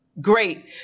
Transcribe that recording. great